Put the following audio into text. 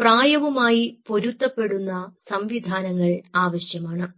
പ്രായവുമായി പൊരുത്തപ്പെടുന്ന സംവിധാനങ്ങൾ ആവശ്യമാണ്